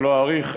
ולא אאריך,